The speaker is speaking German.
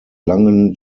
langen